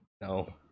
no